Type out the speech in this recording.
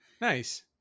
Nice